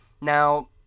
Now